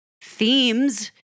themes